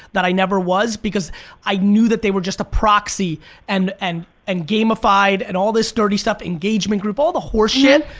that i never was, because i knew that they were just a proxy and and and gamified and all this dirty stuff, engagement group, all the horseshit,